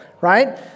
right